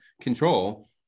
control